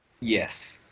Yes